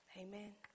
amen